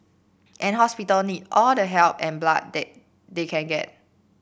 and hospital need all the help and blood they they can get